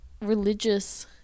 religious